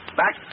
back